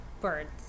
birds